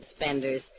spenders